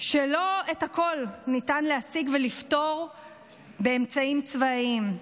שלא את הכול ניתן להשיג ולפתור באמצעים צבאיים.